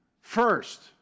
first